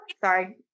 sorry